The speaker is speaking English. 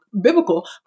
biblical